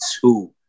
two